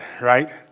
right